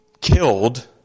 killed